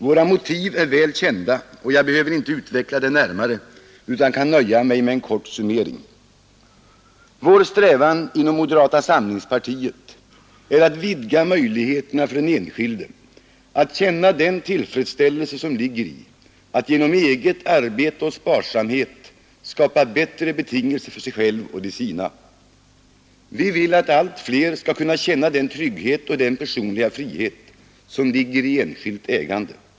Våra motiv är väl kända, och jag behöver inte utveckla dem närmare utan kan nöja mig med en kort summering. Vår strävan inom moderata samlingspartiet är att vidga möjligheterna för den enskilde att känna den tillfredsställelse som ligger i att genom eget arbete och sparsamhet skapa bättre betingelser för sig själv och de sina. Vi vill att allt fler skall kunna känna den trygghet och den personliga frihet som ligger i enskilt ägande.